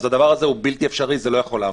זה בלתי אפשרי ולא יכול לעבור.